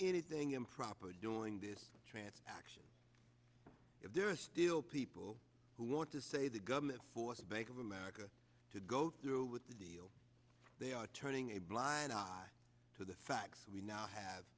anything in proper doing this transaction there are still people who want to say the government forced bank of america to go through with the deal they are turning a blind eye to the facts we now have